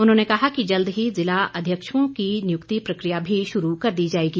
उन्होंने कहा कि जल्द ही जिला अध्यक्षों की नियुक्ति प्रकिया भी शुरू कर दी जाएगी